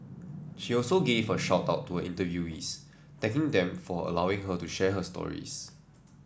she also gave a shout out to her interviewees thanking them for allowing her to share their stories